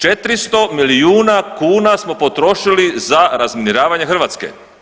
400 milijuna kuna smo potrošili za razminiravanje Hrvatske.